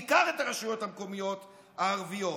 בעיקר את הרשויות המקומיות הערביות.